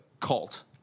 cult